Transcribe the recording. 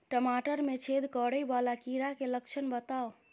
टमाटर मे छेद करै वला कीड़ा केँ लक्षण बताउ?